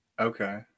Okay